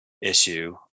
issue